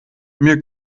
mir